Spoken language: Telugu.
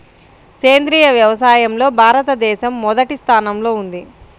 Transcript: సేంద్రీయ వ్యవసాయంలో భారతదేశం మొదటి స్థానంలో ఉంది